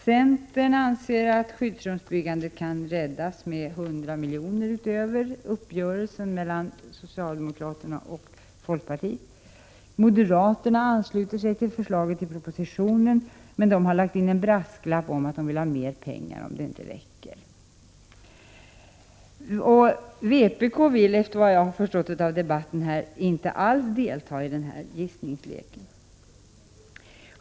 Centern anser att skyddsrumsbyggandet kan räddas med 100 milj.kr. utöver vad som anslås enligt uppgörelsen mellan socialdemokraterna och folkpartiet. Moderaterna ansluter sig till förslaget i propositionen men har lagt in en brasklapp om mer pengar, om de anvisade inte räcker. Vpk vill, efter vad jag har förstått av debatten här, inte alls delta i den här gissningsleken.